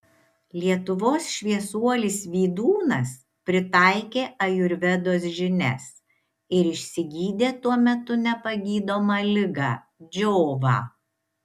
lietuvos šviesuolis vydūnas pritaikė ajurvedos žinias ir išsigydė tuo metu nepagydomą ligą džiovą